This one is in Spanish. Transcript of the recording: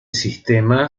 sistema